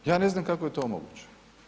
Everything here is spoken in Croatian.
Ja ne znam kako je to moguće.